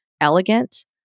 elegant